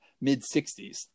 mid-60s